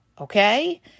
Okay